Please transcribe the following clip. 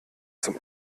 zum